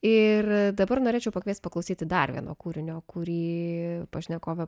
ir dabar norėčiau pakviest paklausyti dar vieno kūrinio kurį pašnekovė